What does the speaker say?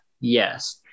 Yes